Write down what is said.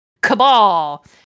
cabal